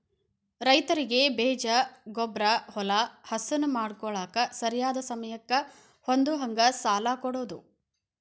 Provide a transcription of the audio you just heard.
ರೈತರಿಗೆ ಬೇಜ, ಗೊಬ್ಬ್ರಾ, ಹೊಲಾ ಹಸನ ಮಾಡ್ಕೋಳಾಕ ಸರಿಯಾದ ಸಮಯಕ್ಕ ಹೊಂದುಹಂಗ ಸಾಲಾ ಕೊಡುದ